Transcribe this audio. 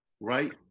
right